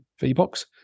V-box